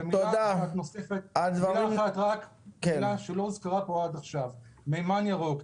מילה נוספת שלא הוזכרה כאן עד עכשיו, מימן ירוק.